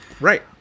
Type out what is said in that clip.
Right